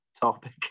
topic